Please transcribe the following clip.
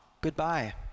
goodbye